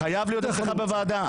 -- חייב להיות אצלך בוועדה.